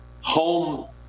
home